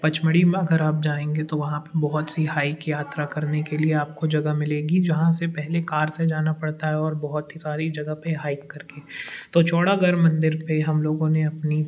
पचमढ़ी में अगर आप जाएंगे तो वहाँ पर बहुत सी हाइक यात्रा करने के लिए आपको जगह मिलेंगी जहाँ से पहले कार से जाना पड़ता है और बहीत ही सारी जगह पर हाइक कर के तो चौरागढ़ मंदिर पर हम लोगों ने अपनी